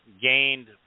gained